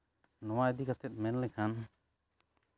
ᱱᱚᱣᱟ ᱤᱫᱤ ᱠᱟᱛᱮᱫ ᱢᱮᱱ ᱞᱮᱠᱷᱟᱱ